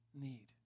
need